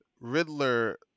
Riddler